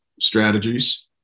strategies